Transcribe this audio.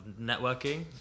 networking